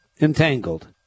entangled